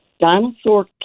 dinosaur